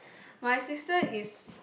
my sister is